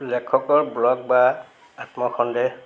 লেখকৰ ব্লগ বা আত্মসন্দেহ